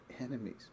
enemies